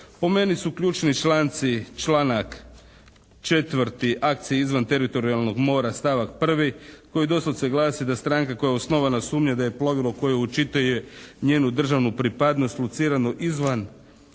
Po meni su ključni članci, članak 4. Akcije izvan teritorijalnog mora, stavak 1. koji doslovce glasi da stranka kojoj je osnovana sumnja da je plovilo koje očituje njenu državnu pripadnost locirano izvan